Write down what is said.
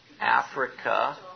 Africa